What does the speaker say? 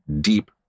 deep